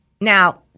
Now